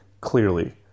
clearly